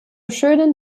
schönen